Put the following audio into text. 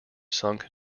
sunk